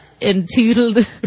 entitled